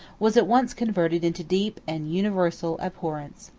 was at once converted into deep and universal abhorrence.